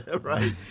right